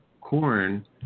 Corn